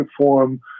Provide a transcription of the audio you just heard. form